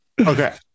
okay